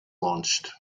launched